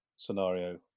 scenario